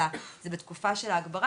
אלא זה בתקופה של ההגברה,